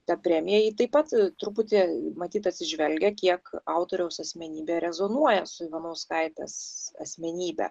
tą premiją ji taip pat truputį matyt atsižvelgia kiek autoriaus asmenybė rezonuoja su ivanauskaitės asmenybe